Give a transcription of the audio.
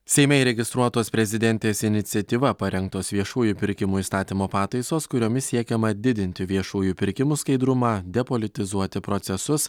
seime įregistruotos prezidentės iniciatyva parengtos viešųjų pirkimų įstatymo pataisos kuriomis siekiama didinti viešųjų pirkimų skaidrumą depolitizuoti procesus